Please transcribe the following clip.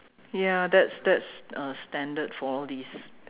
ya that's that's a standard for all these